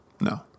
No